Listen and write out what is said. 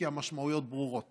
כי המשמעויות ברורות